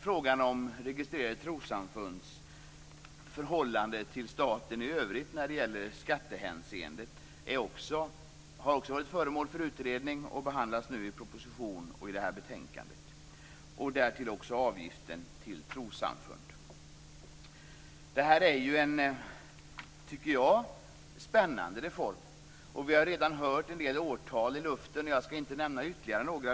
Frågan om registrerade trossamfunds förhållande till staten i övrigt i skattehänseende har också varit föremål för utredning och behandlas nu i proposition och i detta betänkande, därtill också avgiften till trossamfund. Jag tycker att detta är en spännande reform. Vi har redan hört en del årtal i luften. Jag skall inte nämna några ytterligare.